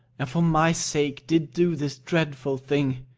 and for my sake did do this dreadful thing.